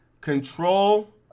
Control